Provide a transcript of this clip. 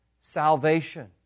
salvation